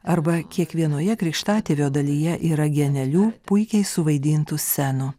arba kiekvienoje krikštatėvio dalyje yra genialių puikiai suvaidintų scenų